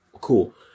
cool